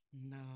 no